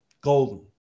golden